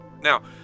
Now